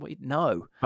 no